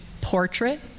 portrait